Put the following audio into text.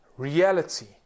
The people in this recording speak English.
reality